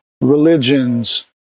religions